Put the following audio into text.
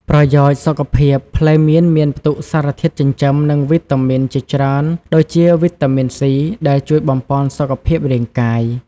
ប្រយោជន៍សុខភាព ផ្លែមៀនមានផ្ទុកសារធាតុចិញ្ចឹម និងវីតាមីនជាច្រើនដូចជា វីតាមីន C ដែលជួយបំប៉នសុខភាពរាងកាយ។